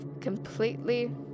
completely